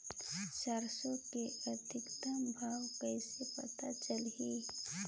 सरसो के अधिकतम भाव कइसे पता चलही?